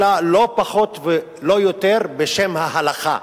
אלא לא פחות ולא יותר, בשם ההלכה.